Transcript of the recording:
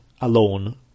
alone